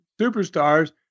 superstars